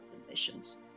conditions